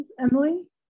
emily